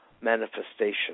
manifestation